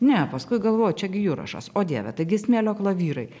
ne paskui galvoju čia gi jurašas o dieve taigi smėlio klavyrai